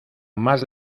más